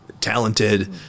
talented